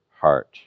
heart